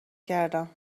کردم